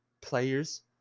players